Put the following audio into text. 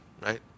right